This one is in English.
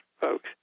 folks